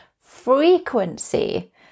frequency